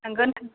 थांगोन